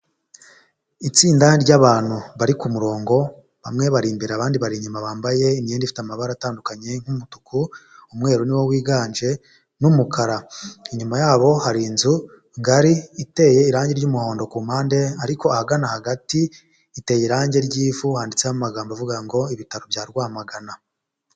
Itsinda ry'abantu bari ku murongo bamwe bari imbere abandi bari inyuma bambaye imyenda ifite amabara atandukanye nk'umutuku, umweru niwo wiganje n'umukara, inyuma yabo hari inzu ngari iteye irangi ry'umuhondo ku mpande ariko ahagana hagati iteye irangi ry'ivu, handitseho amagambo avuga ngo "ibitaro bya Rwamagana".